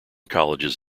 colleges